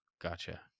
gotcha